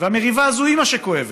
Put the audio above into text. והמריבה הזאת היא מה שכואב,